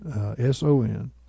S-O-N